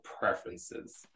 preferences